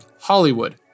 Hollywood